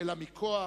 אלא מכוח